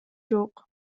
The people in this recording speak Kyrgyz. жок